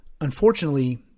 Unfortunately